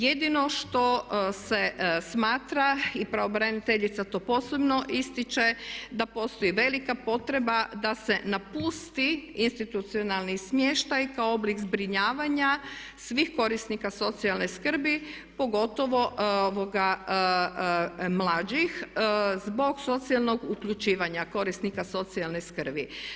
Jedino što se smatra i pravobraniteljica to posebno ističe da postoji velika potreba da se napusti institucionalni smještaj kao oblik zbrinjavanja svih korisnika socijalne skrbi pogotovo mlađih zbog socijalnog uključivanja korisnika socijalne skrbi.